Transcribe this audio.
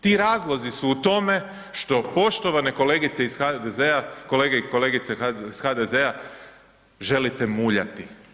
Ti razlozi su u tome što poštovane kolegice iz HDZ-a, kolege i kolegice iz HDZ-a želite muljati.